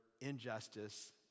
injustice